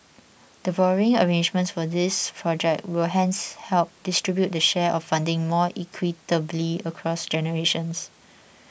the borrowing arrangements for these project will hence help distribute the share of funding more equitably across generations